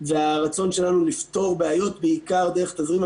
והרצון שלנו לפתור בעיות בעיקר דרך תזרים,